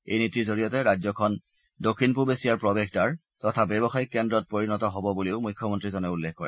এই নীতিৰ জৰিয়তে ৰাজ্যখন দক্ষিণ পূব এছিয়াৰ প্ৰৱেশদ্বাৰ তথা ব্যৱসায়িক কেন্দ্ৰত পৰিণত হ'ব বুলিও মুখ্যমন্ত্ৰীজনে উল্লেখ কৰে